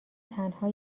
تنها